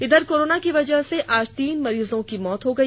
इधर कोरोना की वजह से आज तीन मरीजों की मौत हो गई